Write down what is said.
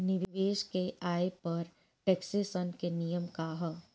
निवेश के आय पर टेक्सेशन के नियम का ह?